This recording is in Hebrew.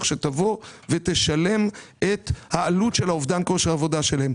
שתבוא ותשלם את העלות של אובדן כושר העבודה שלהם.